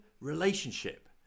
relationship